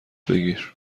بگیر